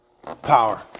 Power